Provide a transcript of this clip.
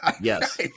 Yes